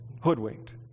hoodwinked